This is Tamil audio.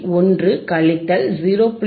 1 கழித்தல் 0